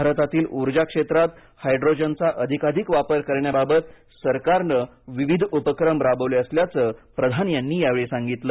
भारतातील उर्जा क्षेत्रात हायड्रोजनचा अधिकाधिक वापर करण्याबाबत सरकारने विविध उपक्रम राबविले असल्याचं प्रधान यांनी यावेळी सांगितलं